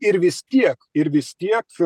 ir vis tiek ir vis tiek